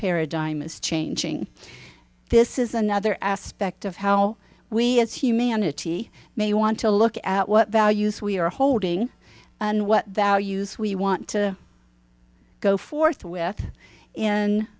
paradigm is changing this is another aspect of how we as humanity may want to look at what values we are holding and what values we want to go forth with